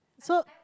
so